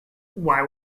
why